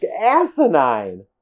Asinine